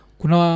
kuna